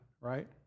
right